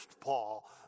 Paul